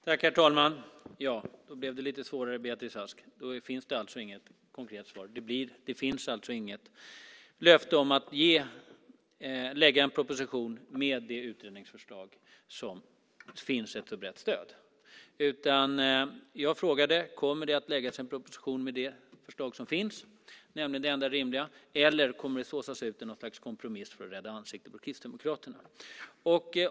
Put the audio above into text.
Herr talman! Då blev det lite svårare, Beatrice Ask. Det finns alltså inget konkret svar. Det finns inget löfte om att lägga fram en proposition med det utredningsförslag som har ett så brett stöd. Jag frågade: Kommer det att läggas fram en proposition med det förslag som finns, nämligen det enda rimliga, eller kommer det att göras något slags kompromiss för att rädda ansiktet på Kristdemokraterna?